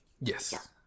Yes